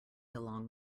along